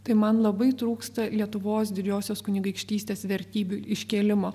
tai man labai trūksta lietuvos didžiosios kunigaikštystės vertybių iškėlimo